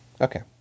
Okay